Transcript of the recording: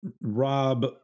Rob